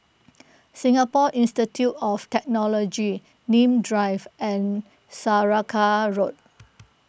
Singapore Institute of Technology Nim Drive and Saraca Road